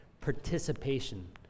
participation